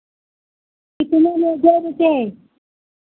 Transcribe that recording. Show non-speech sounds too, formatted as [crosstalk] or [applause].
कितने में [unintelligible]